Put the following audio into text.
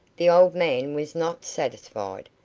the old man was not satisfied,